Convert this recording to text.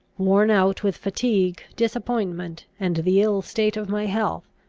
worn out with fatigue, disappointment and the ill state of my health,